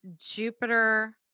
Jupiter